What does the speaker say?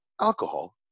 alcohol